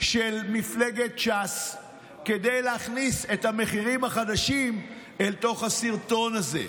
של מפלגת ש"ס כדי להכניס את המחירים החדשים לתוך הסרטון הזה.